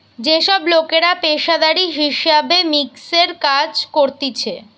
যে সব লোকরা পেশাদারি হিসাব মিক্সের কাজ করতিছে